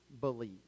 believe